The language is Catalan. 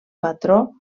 patró